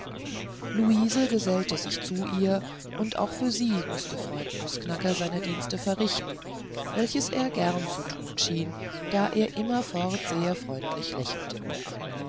luise gesellte sich zu ihr und auch für sie mußte freund nußknacker seine dienste verrichten welches er gern zu tun schien da er immerfort sehr freundlich lächelte